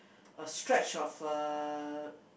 a stretch of a